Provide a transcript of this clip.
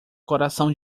coração